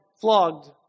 Flogged